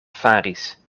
faris